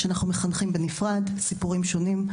שאנחנו מחנכים בנפרד ולסיפורים שונים.